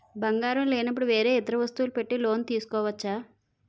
బంగారం లేనపుడు వేరే ఇతర వస్తువులు పెట్టి లోన్ తీసుకోవచ్చా?